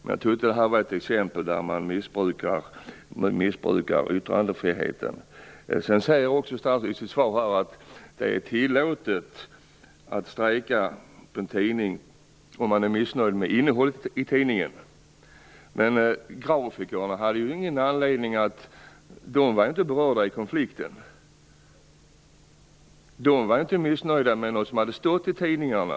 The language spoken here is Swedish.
Jag tycker att detta är ett exempel där man missbrukar yttrandefriheten. Sedan säger statsrådet också i sitt svar att det är tillåtet att strejka på en tidning om man är missnöjd med innehållet i tidningen. Men grafikerna var ju inte berörda av konflikten. De var inte missnöjda med något som hade stått i tidningarna.